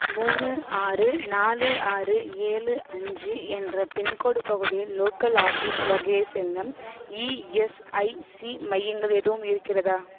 மூணு ஆறு நாலு ஆறு ஏழு அஞ்சு என்ற பின்கோடு பகுதியில் லோக்கல் ஆஃபீஸ் வகையை சேர்ந்த இஎஸ்ஐசி மையங்கள் எதுவும் இருக்கிறதா